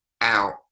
out